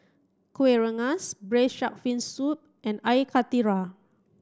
Kueh Rengas braised shark fin soup and Air Karthira